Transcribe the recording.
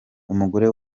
umugore